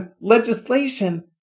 legislation